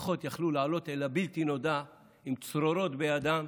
משפחות יכלו לעלות אל הבלתי-נודע עם צרורות בידן,